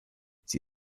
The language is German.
sie